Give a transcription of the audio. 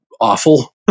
awful